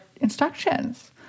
instructions